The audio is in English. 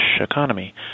economy